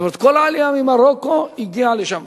זאת אומרת כל העלייה ממרוקו הגיעה לשם.